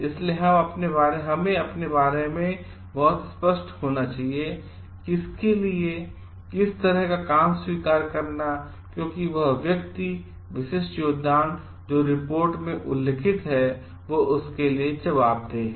इसलिए हमें अपने बारे में बहुत स्पष्ट होना चाहिए किसके लिए किस तरह का काम स्वीकार करना क्योंकि वह व्यक्ति विशिष्ट योगदान जो रिपोर्ट में उल्लिखित है इसके लिए जवाबदेह है